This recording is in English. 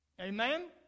Amen